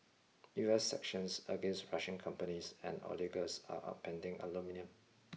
U S sanctions against Russian companies and oligarchs are upending aluminium